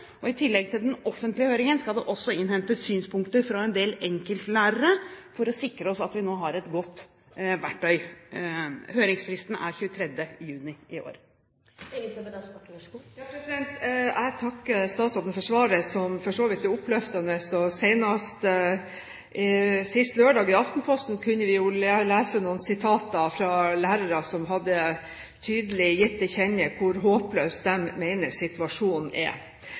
I tillegg til den offentlige høringen skal det også innhentes synspunkter fra en del enkeltlærere for å sikre oss at vi nå har et godt verktøy. Høringsfristen er 23. juni i år. Jeg takker statsråden for svaret, som for så vidt er oppløftende. Senest sist lørdag i Aftenposten kunne vi lese noen sitater fra lærere som tydelig hadde gitt til kjenne hvor håpløst de mener situasjonen er.